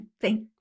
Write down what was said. thank